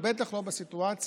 בטח לא בסיטואציה,